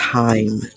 time